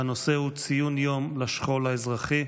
והנושא הוא ציון יום השכול האזרחי.